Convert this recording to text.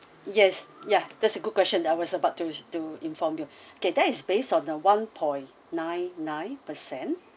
yes yeah that's a good question that I was about to to inform you okay that is based on the one point nine nine percent